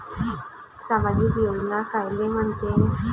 सामाजिक योजना कायले म्हंते?